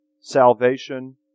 Salvation